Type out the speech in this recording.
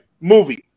movie